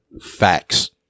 facts